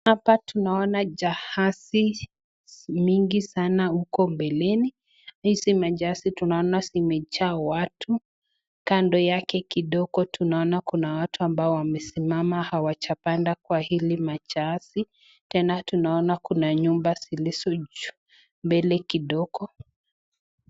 Hapa tunaona jahazi mingi sana huko mbeleni, hizi majazi tunaona zimejaa watu, kando yake kidogo tunaona kuna watu ambao wamesimama hawajapanda kwa hili majahazi, tena tunaona kuna nyumba zilizo mbele kidogo.